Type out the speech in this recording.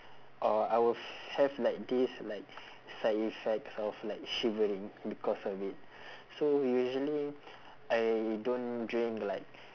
or I will f~ have like this like side effects of like shivering because of it so usually I don't drink like